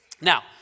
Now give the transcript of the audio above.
Now